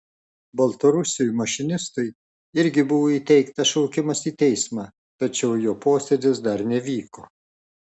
baltarusiui mašinistui irgi buvo įteiktas šaukimas į teismą tačiau jo posėdis dar nevyko